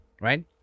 Right